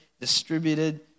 distributed